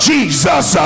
Jesus